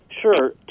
Sure